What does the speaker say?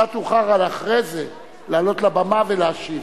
אתה תוכל אחרי זה לעלות לבמה ולהשיב.